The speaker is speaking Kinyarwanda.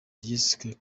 jessica